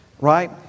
right